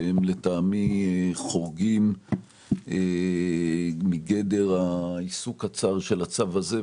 והם לטעמי חורגים מגדר העיסוק הצר של הצו הזה.